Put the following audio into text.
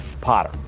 Potter